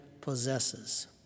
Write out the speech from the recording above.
possesses